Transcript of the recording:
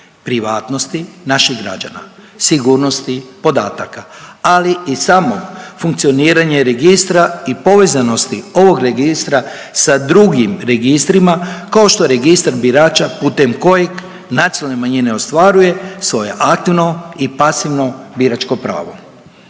privatnosti naših građana, sigurnosti podataka, ali samo funkcioniranje registra i povezanosti ovog registra sa drugim registrima kao što je Registar birača putem kojem nacionalne manjine ostvaruje svoje aktivno i pasivno biračko pravo.